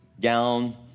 gown